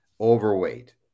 overweight